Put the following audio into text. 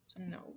No